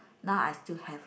now I still have